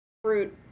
fruit